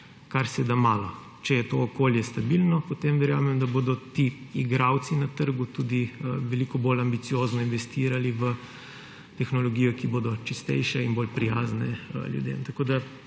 karseda malo. Če je to okolje stabilno, potem verjamem, da bodo ti igralci na trgu tudi veliko bolj ambiciozno investirali v tehnologije, ki bodo čistejše in bolj prijazne ljudem.